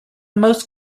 most